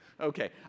Okay